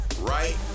right